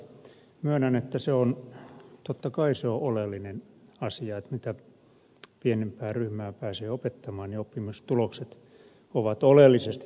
myönnän että totta kai se on oleellinen asia että mitä pienempää ryhmää pääsee opettamaan niin oppimistulokset ovat oleellisesti parempia